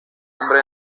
hombre